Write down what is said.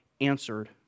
answered